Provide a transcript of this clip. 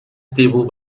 stable